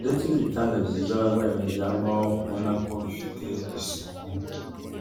ndetse n'ibitanda byiza abarwayi baryamaho ubona ko bifite isuku.